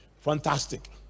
Fantastic